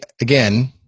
again